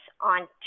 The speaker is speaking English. on